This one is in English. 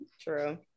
true